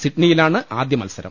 സിഡ്നിയിലാണ് ആദ്യമത്സരം